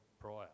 prior